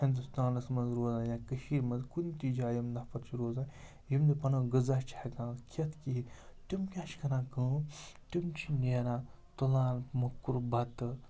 ہِندُستانَس منٛز روزان یا کٔشیٖرِ منٛز کُنہِ تہِ جایہِ یِم نفر چھِ روزان یِم نہٕ پَنُن غذا چھِ ہٮ۪کان کھٮ۪تھ کِہیٖنۍ تِم کیٛاہ چھِ کَران کٲم تِم چھِ نیران تُلان موٚکُر بَتہٕ